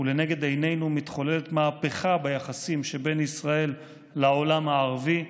ולנגד עינינו מתחוללת מהפכה ביחסים שבין ישראל לעולם הערבי,